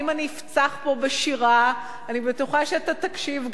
ואם אני אפצח פה בשירה אני בטוחה שאתה תקשיב,